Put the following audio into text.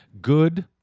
Good